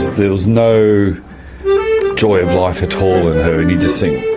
there was no joy of life at all in her, and you just think,